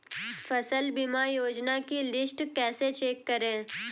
फसल बीमा योजना की लिस्ट कैसे चेक करें?